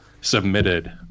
submitted